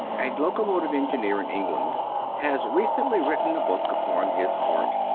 a locomotive engineer in england has recently written a book upon his art,